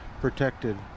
protected